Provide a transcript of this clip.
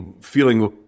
feeling